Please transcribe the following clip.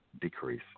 decrease